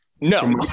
No